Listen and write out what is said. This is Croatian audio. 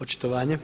Očitovanje.